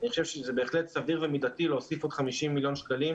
אני חושב שזה בהחלט סביר ומידתי להוסיף עוד 50 מיליון שקלים